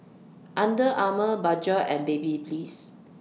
Under Armour Bajaj and Babyliss